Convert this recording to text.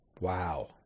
Wow